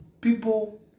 people